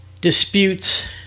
disputes